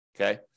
Okay